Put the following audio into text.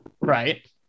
Right